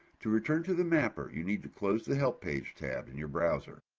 to return to the mapper you need to close the help page tab in your browser.